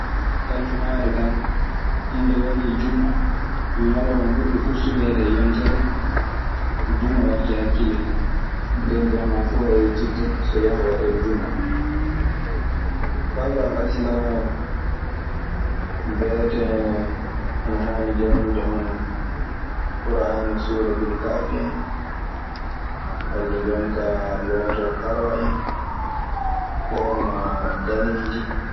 Aljumaare kaa, ñende warii jumaa. Ñalawma ɓurɗo fuu suɓeede e yontere. Jumaa warta e hakkille neɗɗo. Nden jamaa oo fuu hawrititta so yaha waɗoya jumaa. Banngal alsilaamaaku, beetee ana haani janngude hono Ɓur'aana suuratul ka'af en, walaa jonkaa lootoo paroo en, ɓoornoo daneeji.